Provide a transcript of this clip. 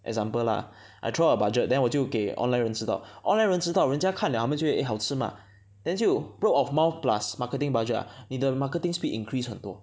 example lah I throw a budget then 我就给 online 人知道 online 人知道人家看 liao 他们就会也 eh 好吃 mah then 就 word of mouth plus marketing budget ah 你的 marketing speed increase 很多